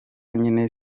nyine